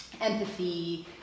empathy